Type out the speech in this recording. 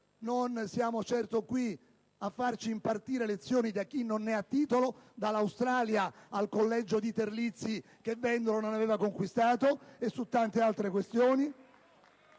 non siamo certo qui a farci impartire lezioni da chi non ne ha titolo, visti i fatti dell'Australia, del collegio di Terlizzi che Vendola non aveva conquistato e tante altre questioni.